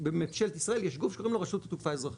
בממשלת ישראל יש גוף שקוראים לו רשות התעופה האזרחית.